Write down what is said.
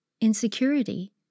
Insecurity